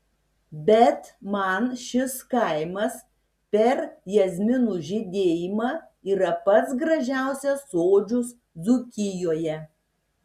bet man šis kaimas per jazminų žydėjimą yra pats gražiausias sodžius dzūkijoje